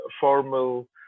formal